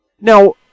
Now